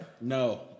No